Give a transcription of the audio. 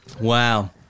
wow